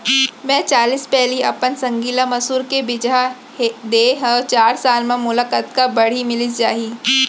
मैं चालीस पैली अपन संगी ल मसूर के बीजहा दे हव चार साल म मोला कतका बाड़ही मिलिस जाही?